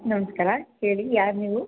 ನಮಸ್ಕಾರ ಹೇಳಿ ಯಾರು ನೀವು